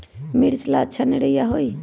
मिर्च ला अच्छा निरैया होई?